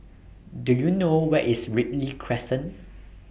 Do YOU know Where IS Ripley Crescent